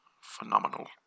Phenomenal